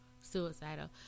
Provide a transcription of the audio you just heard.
suicidal